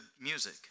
music